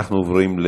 אנחנו עוברים,